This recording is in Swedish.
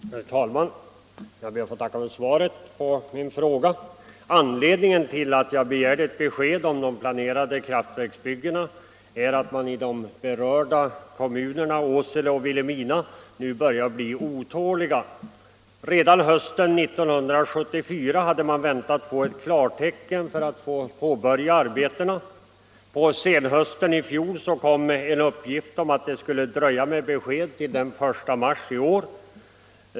Herr talman! Jag ber att få tacka för svaret på min fråga. Anledningen till att jag har begärt ett besked om de planerade kraftverksbyggena är att man i de berörda kommunerna Åsele och Vilhelmina börjar bli otålig. Redan hösten 1974 hade man väntat få klartecken för att påbörja arbetena. På senhösten i fjol kom uppgiften att ett besked skulle dröja till den 1 mars i år.